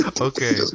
Okay